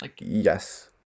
Yes